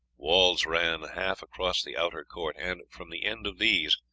walls ran half across the outer court, and, from the end of these,